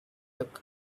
look